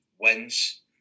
wins